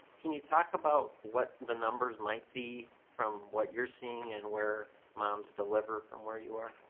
can you talk about what the numbers might be from what you are seeing and where moms deliver from where you are?